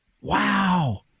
Wow